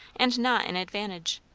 and not an advantage.